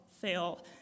fail